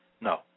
No